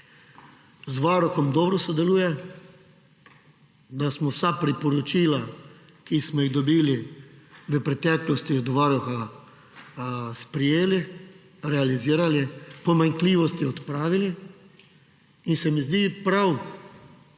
z Varuhom dobro sodeluje, da smo vsa priporočila, ki smo jih dobili v preteklosti od Varuha, sprejeli, realizirali, pomanjkljivosti odpravili. In se mi zdi prav,